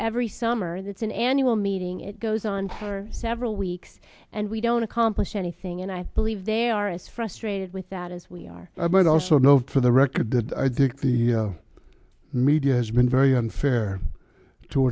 every summer that's an annual meeting it goes on for several weeks and we don't accomplish anything and i believe they are as frustrated with that as we are i might also note for the record that i think the media has been very unfair to